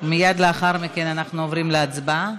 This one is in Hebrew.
מייד לאחר מכן אנחנו עוברים להצבעה.